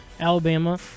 Alabama